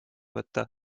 võtta